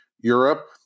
Europe